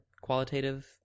qualitative